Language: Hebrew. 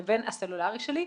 לבין הסלולרי שלי,